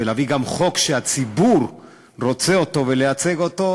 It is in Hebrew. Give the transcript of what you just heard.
ולהביא חוק שהציבור רוצה אותו ולייצג אותו,